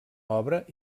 obra